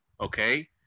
okay